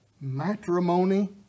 matrimony